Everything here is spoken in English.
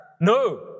No